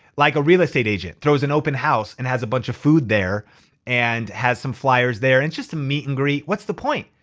like a real estate agent, throws an open house and has a bunch of food there and has some flyers there and it's just a meet and greet. what's the point?